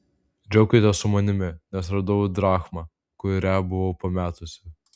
džiaukitės su manimi nes radau drachmą kurią buvau pametusi